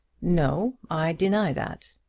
no i deny that.